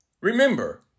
Remember